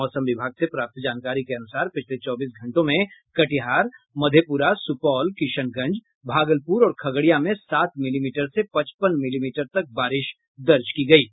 मौसम विभाग से प्राप्त जानकारी के अनुसार पिछले चौबीस घंटों में कटिहार मधेपुरा सुपौल किशनगंज भागलपुर और खगड़िया में सात मिलीमीटर से पचपन मिलीमीटर तक बारिश दर्ज की गयी है